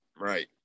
right